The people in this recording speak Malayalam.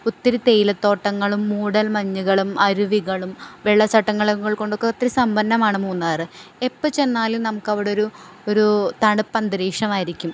ഒത്തിരി തേയി ല തോട്ടങ്ങളും മൂടൽ മഞ്ഞുകളും അരുവികളും വെള്ളച്ചാട്ടങ്ങൾ കൊണ്ടൊക്കെ ഒത്തിരി സംഭന്നമാണ് മൂന്നാറ് എപ്പോൾ ചെന്നാലും നമുക്ക് അവി ട്രെ ഒരൂ തണുപ്പ് അന്തരീക്ഷമായിരിക്കും